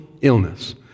illness